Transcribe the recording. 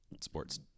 sports